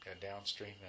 downstream